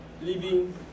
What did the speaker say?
living